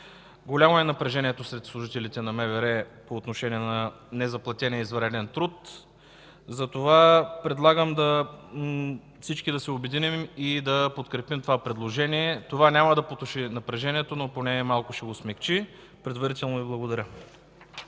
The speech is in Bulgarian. Голямо е напрежението сред служителите на МВР по отношение на незаплатения извънреден труд, затова предлагам всички да се обединим и да подкрепим това предложение. Това няма да потуши напрежението, но поне малко ще го смекчи. Предварително Ви благодаря.